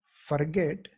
Forget